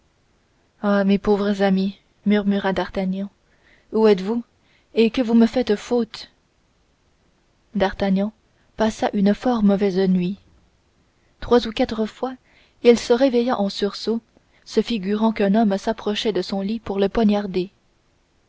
ah mes pauvres amis murmura d'artagnan où êtes-vous et que vous me faites faute d'artagnan passa une fort mauvaise nuit trois ou quatre fois il se réveilla en sursaut se figurant qu'un homme s'approchait de son lit pour le poignarder